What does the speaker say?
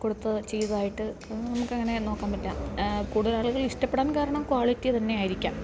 കൊടുത്തു ചെയ്തതായിട്ട് നമുക്ക് അങ്ങനെ നോക്കാൻ പറ്റില്ല കൂടുതൽ ആളുകൾ ഇഷ്ടപ്പെടാൻ കാരണം ക്വാളിറ്റി തന്നെ ആയിരിക്കാം